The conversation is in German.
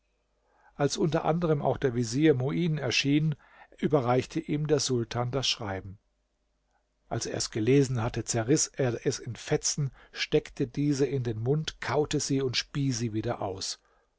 als unter anderen auch der vezier muin erschien überreichte ihm der sultan das schreiben als er es gelesen hatte zerriß er es in fetzen steckte diese in den mund kaute sie und spie sie wieder aus